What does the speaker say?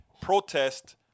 protest